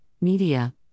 media